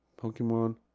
Pokemon